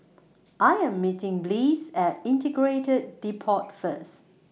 I Am meeting Bliss At Integrated Depot First